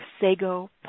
sago